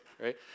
right